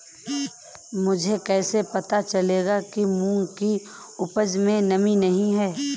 मुझे कैसे पता चलेगा कि मूंग की उपज में नमी नहीं है?